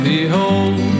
Behold